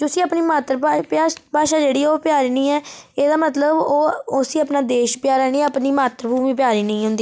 जुस्सी अपनी मात्तर भा भा भाशा जेह्ड़ी ऐ ओह् प्यारी नेईं ऐ एह्दा मतलब ओह् उस्सी अपना देश प्यारा निं अपनी मात्तर भूमी प्यारी नेईं होंदी